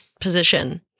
position